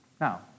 Now